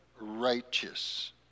righteous